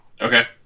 Okay